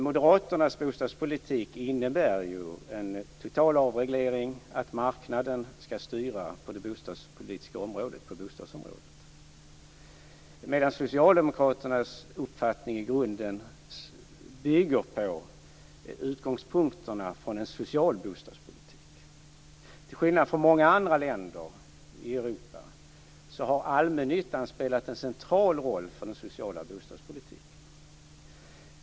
Moderaternas bostadspolitik innebär en total avreglering, att marknaden skall styra på bostadsområdet, medan Socialdemokraternas uppfattning i grunden bygger på utgångspunkterna för en social bostadspolitik. Till skillnad från i många andra länder i Europa har allmännyttan spelat en central roll för den sociala bostadspolitiken.